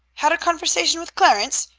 had a conversation with clarence?